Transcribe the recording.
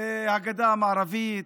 הגדה המערבית,